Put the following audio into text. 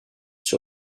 sur